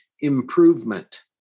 improvement